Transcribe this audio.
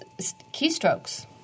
keystrokes